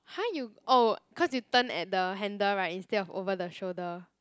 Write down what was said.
!huh! you oh cause you turn at the handle right instead of over the shoulder